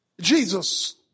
Jesus